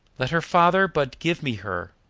let her father but give me her,